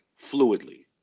fluidly